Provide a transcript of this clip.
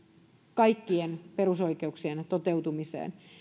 kaikkien perusoikeuksien toteutumiseen